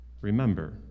remember